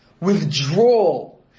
withdrawal